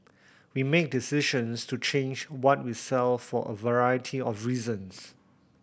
we make decisions to change what we sell for a variety of reasons